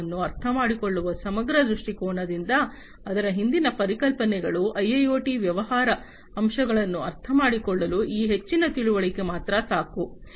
0 ಅನ್ನು ಅರ್ಥಮಾಡಿಕೊಳ್ಳುವ ಸಮಗ್ರ ದೃಷ್ಟಿಕೋನದಿಂದ ಅದರ ಹಿಂದಿನ ಪರಿಕಲ್ಪನೆಗಳು ಐಐಒಟಿಯ ವ್ಯವಹಾರ ಅಂಶಗಳನ್ನು ಅರ್ಥಮಾಡಿಕೊಳ್ಳಲು ಈ ಹೆಚ್ಚಿನ ತಿಳುವಳಿಕೆ ಮಾತ್ರ ಸಾಕು